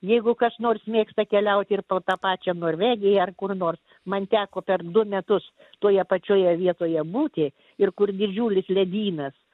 jeigu kas nors mėgsta keliauti ir to tą pačią norvegiją ar kur nors man teko per du metus toje pačioje vietoje būti ir kur didžiulis ledynas